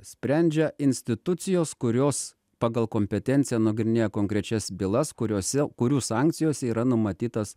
sprendžia institucijos kurios pagal kompetenciją nagrinėja konkrečias bylas kuriose kurių sankcijose yra numatytas